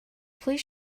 please